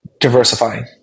diversifying